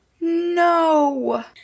No